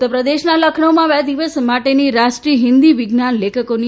ઉત્તરપ્રદેશના લખનૌમાં બે દિવસ માટેની રાષ્ટ્રીય હિન્દી વિજ્ઞાન લેખકોની